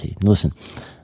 Listen